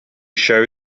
show